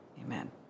Amen